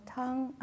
tongue